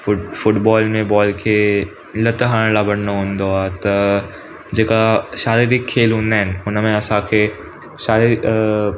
foot football में ball खे लत हणण लाइ भॼिणो हूंदो आहे त जेका शारीरिक खेल हूंदा आहिनि हुनमें असांखे शारी अ